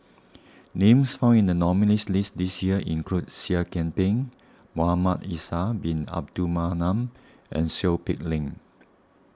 names found in the nominees' list this year include Seah Kian Peng Muhamad Faisal Bin Abdul Manap and Seow Peck Leng